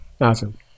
Awesome